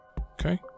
Okay